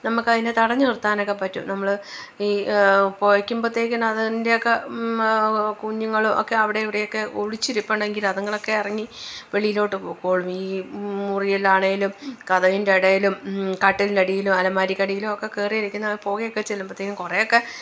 നമുക്ക് അതിനെ തടഞ്ഞ് നിര്ത്താനൊക്കെ പറ്റും നമ്മള് ഈ പുകയ്ക്കുമ്പത്തേക്കിന് അതിന്റെ ഒക്കെ മ കുഞ്ഞുങ്ങളും ഒക്കെ അവിടെയും ഇവിടെയും ഒക്കെ ഒളിച്ചിരിപ്പുണ്ടെങ്കില് അതുങ്ങളൊക്കെ ഇറങ്ങി വെളിയിലോട്ട് പൊക്കോളും ഈ മുറിയിലാണെങ്കിലും കതികിന്റെ ഇടയിലും കട്ടിലിന്റ അടിയിലും അലമാരിക്ക് അടിയിലും ഒക്കെ കയറി ഇരിക്കുന്നത് പുകയൊക്കെ ചെല്ലുമ്പത്തേക്കിനും കുറെ ഒക്കെ